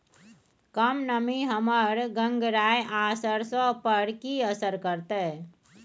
कम नमी हमर गंगराय आ सरसो पर की असर करतै?